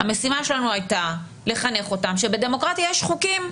המשימה שלנו הייתה לחנך אותם שבדמוקרטיה יש חוקים.